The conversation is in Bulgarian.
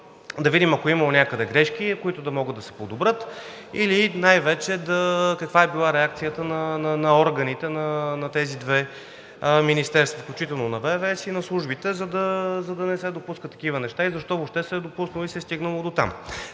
да видим, ако някъде е имало грешки, които да могат да се подобрят, и най-вече каква е била реакцията на органите на тези две министерства, включително на ВВС и на службите, за да не се допускат такива неща, защо въобще се е допуснало и защо се е стигнало дотам.